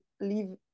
leave